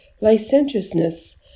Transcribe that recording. licentiousness